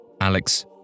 Alex